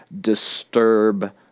Disturb